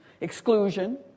Exclusion